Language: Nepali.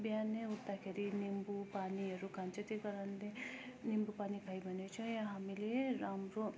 बिहानै उठदाखेरि निम्बु पानीहेरू खान्छ त्यही कारणले निम्बु पानी खायो भने चाहिँ हामीले राम्रो